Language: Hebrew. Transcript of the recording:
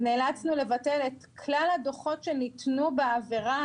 נאלצנו לבטל את כלל הדוחות שניתנו בעבירה